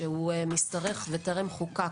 שמשתרכת וטרם נחקקה.